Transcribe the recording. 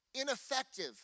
ineffective